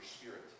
spirit